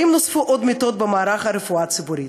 האם נוספו עוד מיטות במערך הרפואה הציבורית?